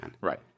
Right